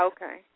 Okay